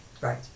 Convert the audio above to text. Right